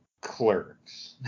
clerks